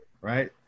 right